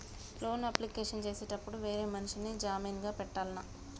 Loan application చేసేటప్పుడు వేరే మనిషిని జామీన్ గా పెట్టాల్నా?